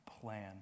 plan